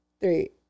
three